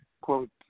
quote